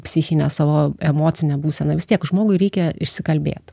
psichinę savo emocinę būseną vis tiek žmogui reikia išsikalbėt